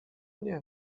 nie